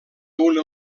una